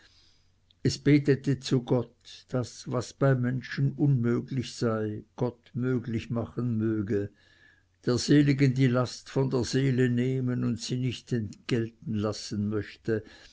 es betete zu gott daß was bei menschen unmöglich sei gott möglich machen möge der seligen die last von der seele nehmen und sie nicht entgelten lassen möchte